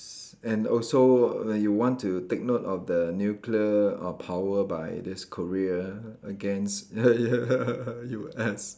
s~ and also when you want to take note of the nuclear uh power by this Korea against U_S